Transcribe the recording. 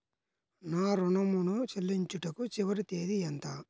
నా ఋణం ను చెల్లించుటకు చివరి తేదీ ఎంత?